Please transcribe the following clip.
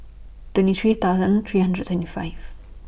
twenty three thousand three hundred and twenty five